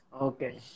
Okay